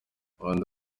undi